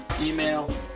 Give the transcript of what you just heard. email